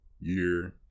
Year